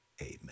Amen